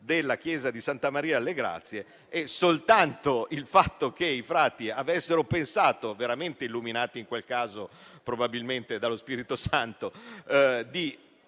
della chiesa di Santa Maria delle Grazie e soltanto il fatto che i frati, veramente illuminati in quel caso probabilmente dallo Spirito Santo,